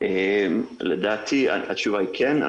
לדעתי התשובה היא כן.